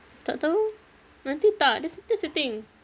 tak tahu nanti tak that's that's the thing